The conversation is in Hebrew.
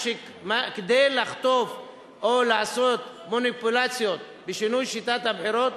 כדי לחטוף או לעשות מניפולציות בשינוי שיטת הבחירות,